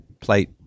plate